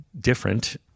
different